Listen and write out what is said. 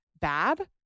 bad